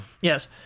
Yes